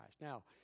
Now